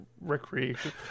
recreation